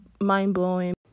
mind-blowing